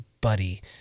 buddy